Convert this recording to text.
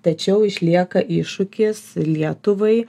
tačiau išlieka iššūkis lietuvai